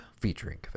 featuring